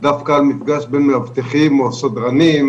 המשטרה באמצעות מערך הרישוי שלה מגיעה למקום,